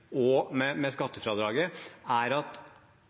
og med skattefradraget, er at